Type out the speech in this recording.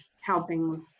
helping